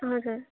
हजुर